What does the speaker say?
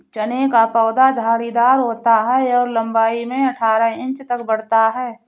चने का पौधा झाड़ीदार होता है और लंबाई में अठारह इंच तक बढ़ता है